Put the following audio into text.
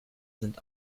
sind